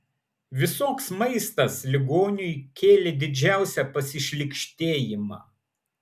visoks maistas ligoniui kėlė didžiausią pasišlykštėjimą